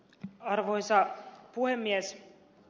arvoisa puhemies